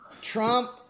Trump